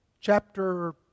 chapter